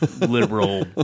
liberal